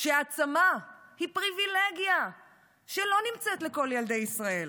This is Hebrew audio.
כשהעצמה היא פריבילגיה שלא נמצאת לכל ילדי ישראל